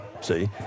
See